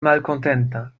malkontenta